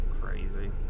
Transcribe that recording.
crazy